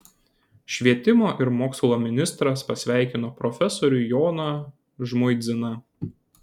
švietimo ir mokslo ministras pasveikino profesorių joną žmuidziną